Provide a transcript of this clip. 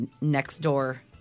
next-door